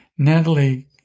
Natalie